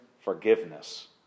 forgiveness